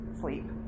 sleep